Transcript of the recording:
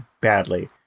badly